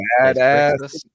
badass